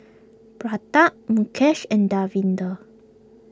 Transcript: Pratap Mukesh and Davinder